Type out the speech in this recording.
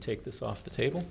take this off the table